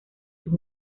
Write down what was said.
sus